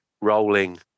rolling